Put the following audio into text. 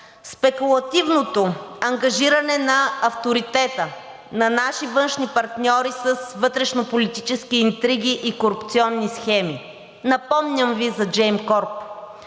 спекулативното ангажиране на авторитета на наши външни партньори с вътрешнополитически интриги и корупционни схеми. Напомням Ви за Gemcorp.